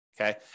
okay